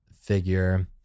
figure